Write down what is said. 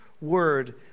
word